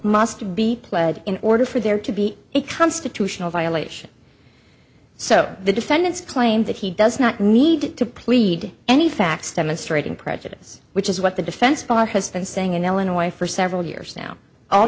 must be pled in order for there to be a constitutional violation so the defendant's claim that he does not need to plead any facts demonstrating prejudice which is what the defense bar has been saying in illinois for several years now al